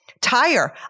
tire